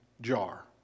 jar